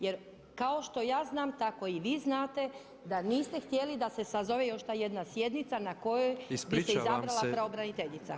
Jer kao što ja znam, tako i vi znate da niste htjeli da se sazove još ta jedna sjednica na kojoj bi se izabrala pravobraniteljica.